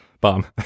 Bomb